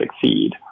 succeed